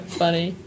funny